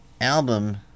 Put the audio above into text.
album